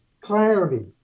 clarity